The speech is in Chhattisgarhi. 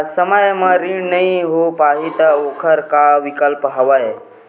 समय म ऋण नइ हो पाहि त एखर का विकल्प हवय?